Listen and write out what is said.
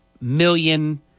million